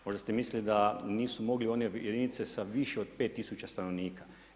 Možda ste mislili da nisu mogle one jedinice sa više od pet tisuća stanovnika.